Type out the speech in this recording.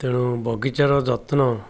ତେଣୁ ବଗିଚାର ଯତ୍ନ